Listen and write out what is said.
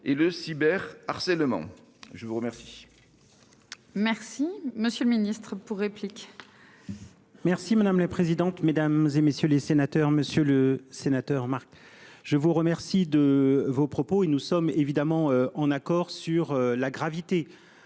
et le cyber harcèlement je vous remercie. Merci, monsieur le Ministre pour répliquer. Merci madame la présidente, mesdames et messieurs les sénateurs, monsieur le sénateur Marc. Je vous remercie de vos propos et nous sommes évidemment en accord sur la gravité